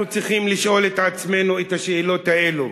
אנחנו צריכים לשאול את עצמנו את השאלות האלה,